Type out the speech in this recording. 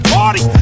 party